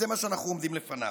זה מה שאנחנו עומדים לפניו.